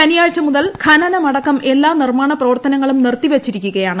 ശനിയാഴ്ച മുതൽ ഖനനം അടക്കം എല്ലാ നിർമ്മാണ പ്രവർത്തനങ്ങളും നിർത്തിവച്ചിരിക്കുകയാണ്